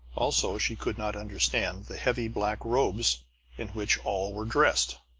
also, she could not understand the heavy black robes in which all were dressed.